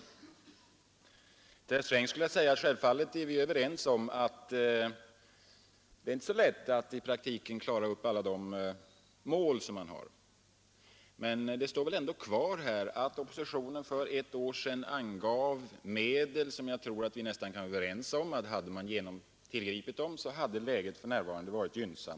Till herr Sträng skulle jag vilja säga att vi självfallet är överens om att det i praktiken inte är så lätt att nå alla de mål vi ställt upp. Men kvar står väl ändå att oppositionen för ett år sedan angav medel som — det tror jag nästan vi kan vara överens om — skulle ha gjort läget gynnsammare än vad det i dag är.